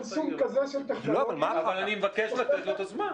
אבל אני מבקש לתת לו את הזמן.